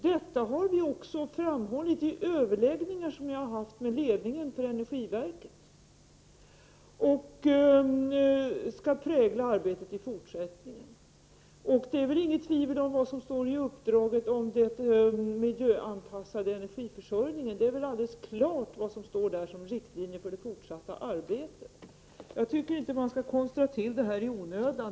Detta har jag också framhållit vid överläggningar som jag har haft med ledningen för energiverket. Detta skall prägla arbetet i fortsättningen. Inget tvivel kan råda om vad som ingår i uppdraget rörande den miljöanpassade energiförsörjningen. Det är alldeles klart vilka riktlinjer som angivits för det fortsatta arbetet. Jag tycker inte att man skall konstra till den här frågan i onödan.